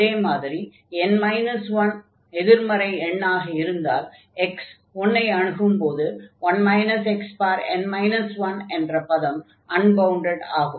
அதே மாதிரி n 1 எதிர்மறை எண்ணாக இருந்தால் x 1 ஐ அணுகும்போது 1 xn 1 என்ற பதம் அன்பவுண்டட் ஆகும்